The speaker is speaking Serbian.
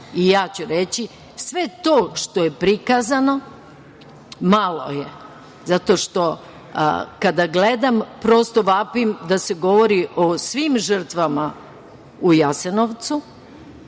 ja ću reći, sve to što je prikazano – malo je, zato što kada gledam, prosto vapim da se govori o svim žrtvama u Jasenovcu